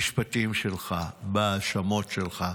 במשפטים שלך, בהאשמות שלך.